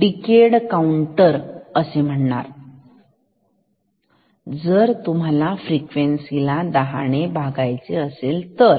decade counter म्हणणार जर तुम्हाला फ्रिक्वेन्सी ला दहा ने भागायचे असेल तर